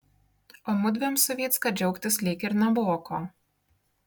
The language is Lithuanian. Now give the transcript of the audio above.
o mudviem su vycka džiaugtis lyg ir nebuvo ko